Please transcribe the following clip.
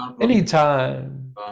Anytime